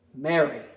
Mary